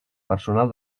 personal